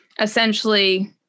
essentially